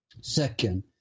Second